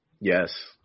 Yes